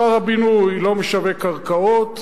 שר הבינוי לא משווק קרקעות,